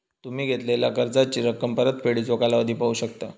तुम्ही घेतलेला कर्जाची रक्कम, परतफेडीचो कालावधी पाहू शकता